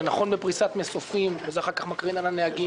זה נכון בפריסת מסופים וזה אחר כך מקרין על הנהגים,